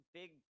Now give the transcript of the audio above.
big